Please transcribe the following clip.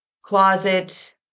closet